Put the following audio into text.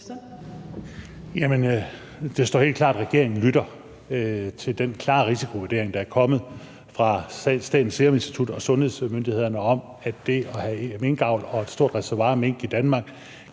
det står helt klart, at regeringen lytter til den klare risikovurdering, der er kommet fra Statens Serum Institut og sundhedsmyndighederne, om, at det at have minkavl og et stort reservoir af mink i Danmark